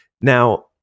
Now